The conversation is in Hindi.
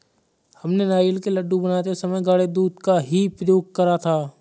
हमने नारियल के लड्डू बनाते समय गाढ़े दूध का ही प्रयोग करा था